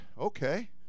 okay